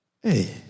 Hey